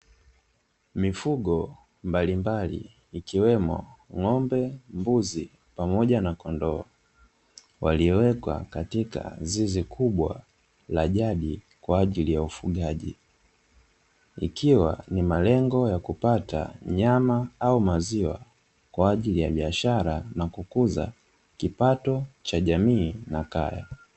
Mifugo mbalimbali ikiwemo ng'ombe, mbuzi pamoja na kondoo waliowekwa katika zizi kubwa la jadi kwa ajili ya ufugaji, ikiwa ni malengo ya kupata nyama au maziwa kwa ajili ya biashara na kukuza kipato cha jamii na kaya.